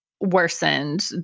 worsened